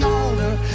older